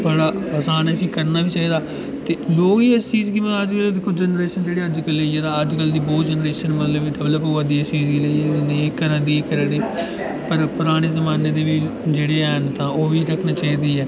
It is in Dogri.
बड़ा आसान इसी करना बी चाहिदा ते लोक इस चीज गी अज्ज दिक्खो जैनरेशन ऐ जेह्ड़ी अजकल दी ऐ तां अजकल दी बहुत जैनरेशन मतलब डिवैल्प होआ दी इस चीज गी लेइयै कि नेईं करै दी करै दी पर पराने जमाने दे बी जेह्ड़े हैन तां ओह्बी रक्खना चाहिदी ऐ